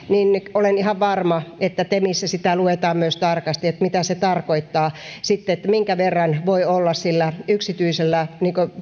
olen ihan varma että temissä sitä luetaan myös tarkasti että mitä se tarkoittaa ja minkä verran voi olla sillä yksityisellä